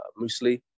muesli